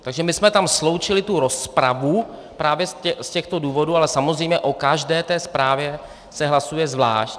Takže my jsme tam sloučili tu rozpravu právě z těchto důvodů, ale samozřejmě o každé té zprávě se hlasuje zvlášť.